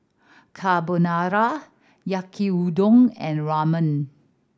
Carbonara Yaki Udon and Ramen